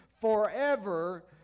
forever